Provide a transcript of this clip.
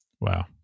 Wow